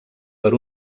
per